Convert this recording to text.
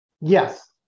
Yes